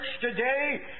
today